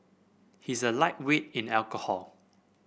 he is a lightweight in alcohol